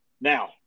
now